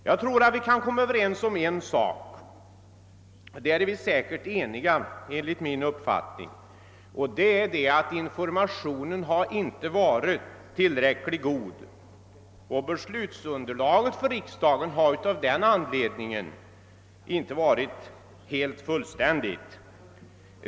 Jag tror att vi kan komma överens om en sak, nämligen att informationen inte har varit tillräckligt god och att beslutsunderlaget för riksdagen av denna anledning inte varit helt fullständigt.